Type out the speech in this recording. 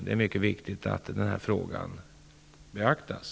Det är viktigt att frågan beaktas.